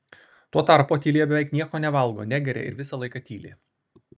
tuo tarpu otilija beveik nieko nevalgo negeria ir visą laiką tyli